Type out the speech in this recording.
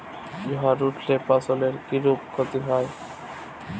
ঝড় উঠলে ফসলের কিরূপ ক্ষতি হয়?